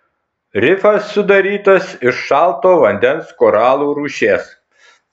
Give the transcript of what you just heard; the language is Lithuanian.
rifas sudarytas iš šalto vandens koralų rūšies